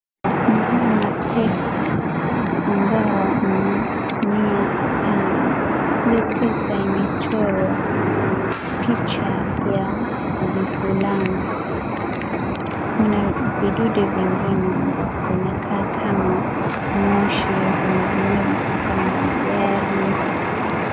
Naona pesa ambayo ni 500. Hiyo pesa imechorwa picha ya bufalona. Kuna vidude vingine ambavyo vinakaa kama moshi, kuna vingine vinakaa kama magari.